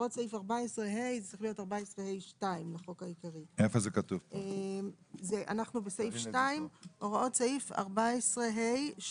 צריך להיות בסעיף 14ה2 לחוק העיקרי זה בסעיף 2. יש